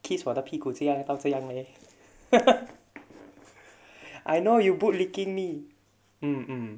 kiss 我的屁股这样到这样 leh I know you boot licking me mm mm